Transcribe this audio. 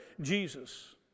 Jesus